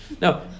No